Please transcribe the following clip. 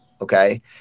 okay